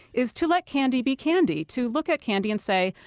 is to let candy be candy. to look at candy and say,